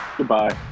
Goodbye